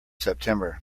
september